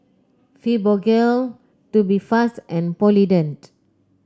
Fibogel Tubifast and Polident